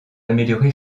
amélioré